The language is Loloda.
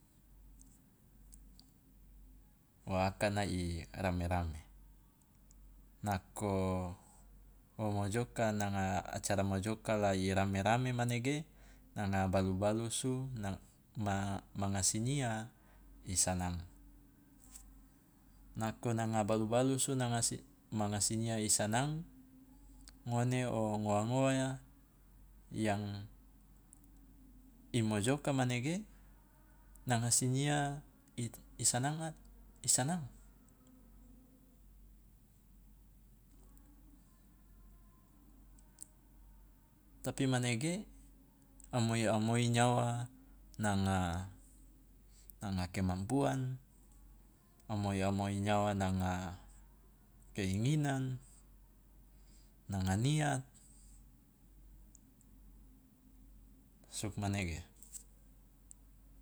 Wa akana i rame rame, nako wo mojoka nanga acara mojoka la i rame rame manege nanga balu balusu nang ma- manga sinyia i sanang, nako nanga balu balusu nanga si manga sinyia i sanang ngone o ngowa ngowa yang i mojoka manege nanga sinyia i i sanang a- i sanang. Tapi manege amoi amoi nyawa nanga nanga kemampuan, amoi amoi nyawa nanga keinginan, nanga niat, sugmanege.